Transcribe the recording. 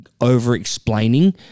over-explaining